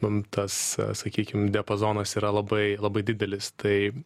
mum tas sakykim diapazonas yra labai labai didelis tai